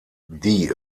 die